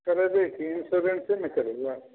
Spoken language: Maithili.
करेबै कि ईन्सोरेन्से ने करेबै